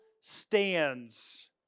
stands